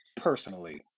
personally